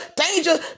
danger